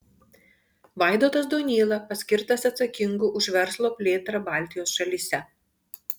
vaidotas donyla paskirtas atsakingu už verslo plėtrą baltijos šalyse